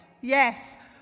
Yes